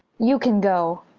you can go!